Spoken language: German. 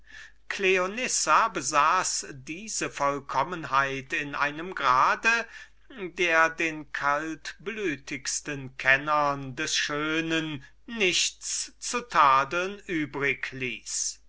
besaß diese vollkommenheit in einem grade der den kaltsinnigsten kennern des schönen nichts daran zu tadeln übrig ließ